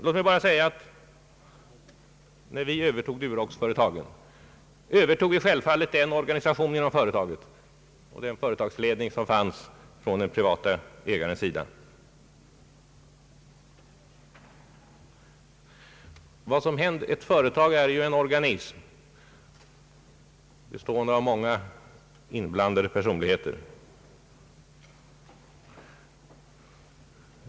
Låt mig bara säga att vi, när vi övertog Duroxföretaget självfallet övertog den organisation och den företagsledning inom företaget som fanns i det privatägda företaget vid tiden för det statliga övertagandet. Ett företag är ju en organism bestående av många inblandade personer.